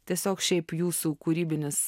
tiesiog šiaip jūsų kūrybinis